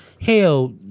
Hell